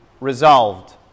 resolved